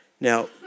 Now